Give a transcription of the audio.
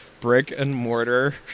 brick-and-mortar